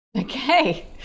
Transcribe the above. Okay